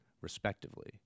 respectively